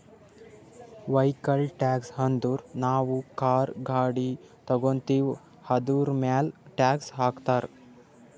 vehicle tax ಅಂದುರ್ ನಾವು car, ಗಾಡಿ ತಗೋತ್ತಿವ್ ಅದುರ್ಮ್ಯಾಲ್ ಟ್ಯಾಕ್ಸ್ ಹಾಕ್ತಾರ್